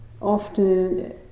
often